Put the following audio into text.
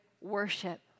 worship